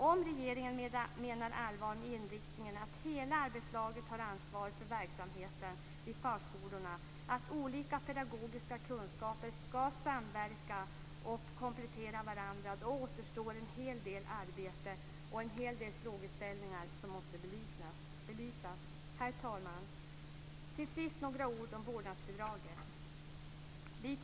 Om regeringen menar allvar med inriktningen att hela arbetslaget har ansvaret för verksamheten vid förskolorna, att olika pedagogiska kunskaper skall samverka och komplettera varandra återstår en hel del arbete och en hel del frågeställningar som måste belysas. Herr talman! Till sist några ord om vårdnadsbidraget.